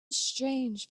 strange